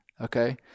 okay